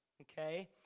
Okay